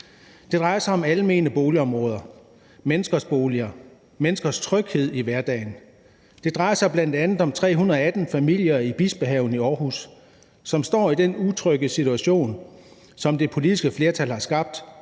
Det drejer sig om almene boligområder, menneskers boliger, menneskers tryghed i hverdagen. Det drejer sig bl.a. om 318 familier i Bispehaven i Aarhus, som står i den utrygge situation, som det politiske flertal har skabt.